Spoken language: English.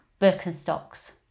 Birkenstocks